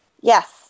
Yes